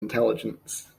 intelligence